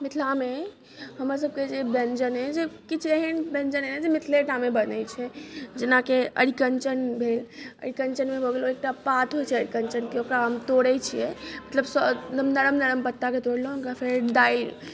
मिथलामे हमर सबके जे व्यञ्जन अछि किछु एहन व्यञ्जन अछि जे मिथिलेटामे बनैत छै जेनाकि अरीकँचन भेल अरीकँचनमे भऽ गेल ओ एकटा पात होइत छै अरीकँचनके ओकरा हम तोड़ैत छियै मतलब सब मतलब नरम नरम पत्ता तोड़लहुँ ओकरा फेर दाइ